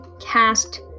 cast